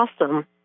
awesome